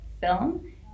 film